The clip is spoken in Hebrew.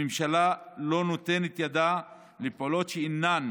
הממשלה לא נותנת ידה לפעולות שאינן